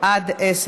בעד או נגד?